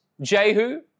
Jehu